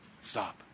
stop